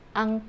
ang